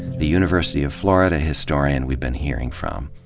the university of florida historian we've been hearing from.